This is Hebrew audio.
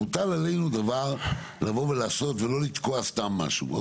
מוטל עלינו דבר לבוא ולעשות ולא לתקוע סתם משהו,